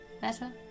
Better